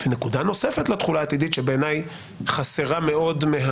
נקודה נוספת לתחולה העתידית שבעיניי חסרה מאוד,